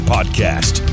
Podcast